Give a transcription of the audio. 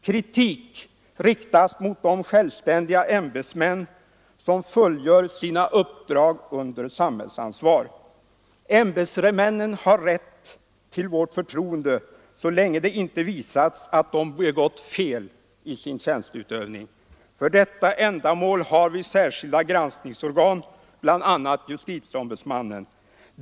Kritik riktas mot de självständiga ämbetsmän som fullgör sina uppdrag under samhällsansvar. Men ämbetsmännen har rätt till vårt förtroende så länge det inte visats att de begått fel i sin tjänsteutövning. För detta ändamål har vi särskilda granskningsorgan, bl.a. JO.